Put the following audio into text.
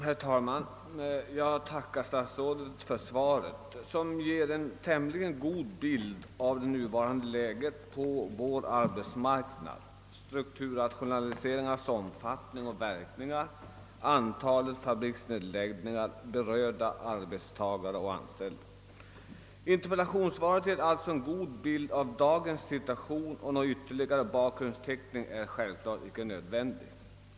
Herr talman! Jag tackar statsrådet för svaret, som ger en tämligen god bild av det nuvarande läget på arbetsmarknaden: strukturrationaliseringarnas omfattning och verkningar samt antalet fabriksnedläggningar och berörda arbetstagare. Någon ytterligare bakgrundsteckning är självfallet inte nödvändig.